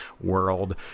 world